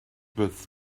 with